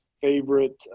favorite